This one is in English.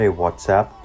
whatsapp